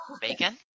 Bacon